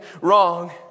wrong